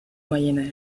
moyen